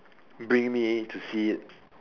bring me to see it